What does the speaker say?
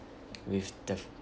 with the